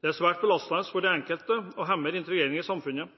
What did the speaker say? Det er svært belastende for den enkelte og hemmer integreringen i samfunnet.